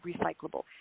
recyclable